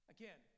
Again